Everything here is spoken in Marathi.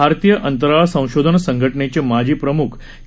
भारतीय अंतराळ संशोधन संघटनेचे माजी प्रमुख के